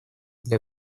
для